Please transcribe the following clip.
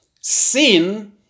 sin